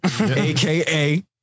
AKA